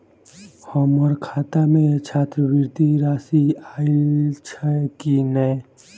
हम्मर खाता मे छात्रवृति राशि आइल छैय की नै?